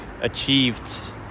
achieved